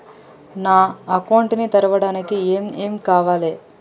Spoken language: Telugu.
నా అకౌంట్ ని తెరవడానికి ఏం ఏం కావాలే?